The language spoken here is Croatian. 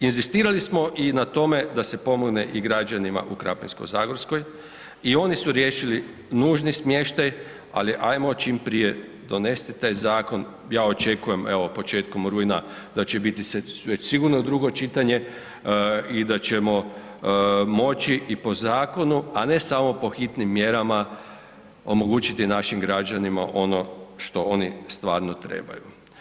Inzistirali smo i na tome da se pomogne i građanima u Krapinsko-zagorskoj i oni su riješili nužni smještaj, ali ajmo čim prije donesti taj zakon, ja očekujem evo početkom rujna da će biti već sigurno drugo čitanje i da ćemo moći i po zakonu, a ne samo po hitnim mjerama omogućiti našim građanima ono što oni stvarno trebaju.